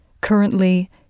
Currently